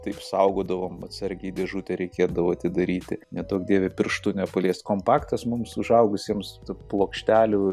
taip saugodavom atsargiai dėžutę reikėdavo atidaryti neduok dieve pirštu nepalies kompaktas mums užaugusiems plokštelių